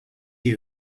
you